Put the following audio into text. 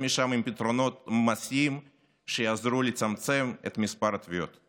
משם עם פתרונות מעשיים שיעזרו לצמצם את מספר הטביעות.